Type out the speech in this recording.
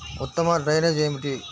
ఉత్తమ డ్రైనేజ్ ఏమిటి?